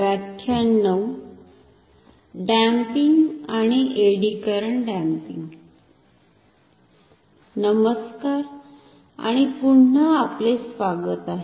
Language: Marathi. डॅमपिंग आणि एडी करंट डॅमपिंग नमस्कार आणि पुन्हा आपले स्वागत आहे